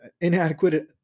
inadequate